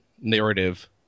narrative